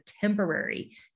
temporary